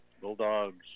Bulldogs